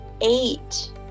eight